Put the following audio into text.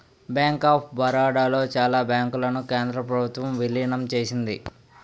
bank of Baroda లో చాలా బ్యాంకులను కేంద్ర ప్రభుత్వం విలీనం చేసింది